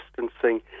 distancing